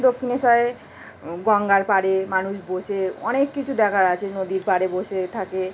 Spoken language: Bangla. দক্ষিণেশ্বরে গঙ্গার পাড়ে মানুষ বসে অনেক কিছু দেখার আছে নদীর পাড়ে বসে থাকে